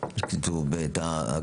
למה החלטתם לעשות את ההגבלה הזו?